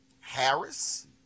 Harris